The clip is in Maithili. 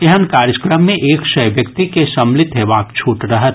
एहन कार्यक्रम मे एक सय व्यक्ति के सम्मिलित हेबाक छूट रहत